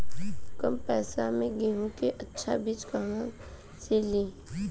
कम पैसा में गेहूं के अच्छा बिज कहवा से ली?